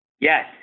yes